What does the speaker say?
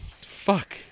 Fuck